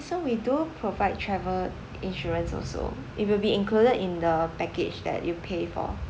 so we do provide travel insurance also it will be included in the package that you pay for